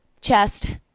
chest